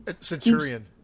Centurion